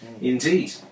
Indeed